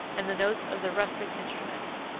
and the notes of the rustic instruments.